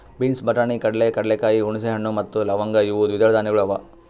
beans, ಬಟಾಣಿ, ಕಡಲೆ, ಕಡಲೆಕಾಯಿ, ಹುಣಸೆ ಹಣ್ಣು ಮತ್ತ ಲವಂಗ್ ಇವು ದ್ವಿದಳ ಧಾನ್ಯಗಳು ಅವಾ